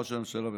ראש הממשלה בפועל.